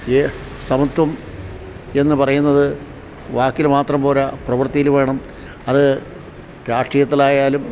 ഈ സമത്വം എന്നു പറയുന്നതു വാക്കില് മാത്രം പോരാ പ്രവൃത്തിയിലും വേണം അതു രാഷ്ട്രീയത്തിലായാലും